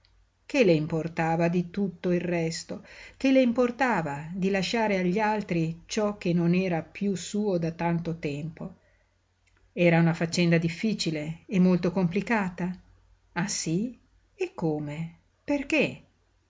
che le importava di tutto il resto che le importava di lasciare agli altri ciò che non era piú suo da tanto tempo era una faccenda difficile e molto complicata ah sí e come perché